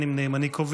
ארז מלול,